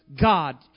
God